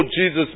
Jesus